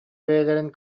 бэйэлэрин